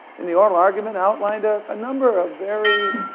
in the old argument, outlined a ah number of very,